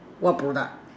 what product